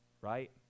right